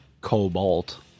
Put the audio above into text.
Cobalt